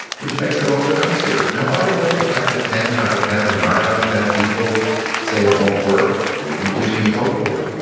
which makes it all the gutsier. now, by the way, the fact that ten out of ten or nine out of ten people say it won't work gives me hope for it.